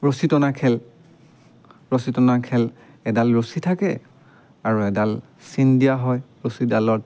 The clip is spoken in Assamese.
ৰছী টনা খেল ৰছী টনা খেল এডাল ৰছী থাকে আৰু এডাল চিন দিয়া হয় ৰছীডালত